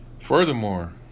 furthermore